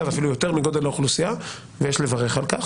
ואפילו יותר מגודל האוכלוסייה ויש לברך על כך.